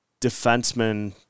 defenseman